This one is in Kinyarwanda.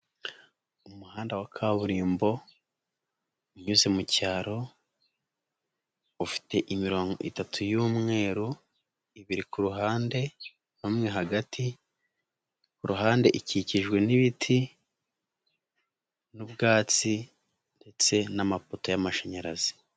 Umuhanda wa kaburimbo unyuze mu cyaro ufite imirongo itatu y'umweru, ibiri ku ruhande umwe hagati, ku ruhande ikijwe n'ibiti n'ubwatsi ndetse n'amapoto y'amashanyarazi.